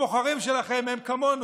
הבוחרים שלכם הם כמונו,